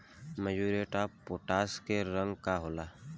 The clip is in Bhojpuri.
म्यूरेट ऑफ पोटाश के रंग का होला?